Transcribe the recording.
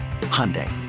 Hyundai